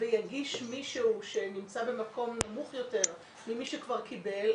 ויגיש מישהו שנמצא במקום נמוך יותר ממי שכבר קיבל,